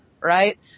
Right